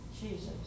Jesus